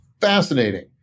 fascinating